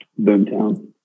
Boomtown